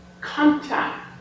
contact